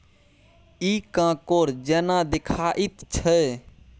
इ कॉकोड़ जेना देखाइत छै